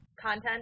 content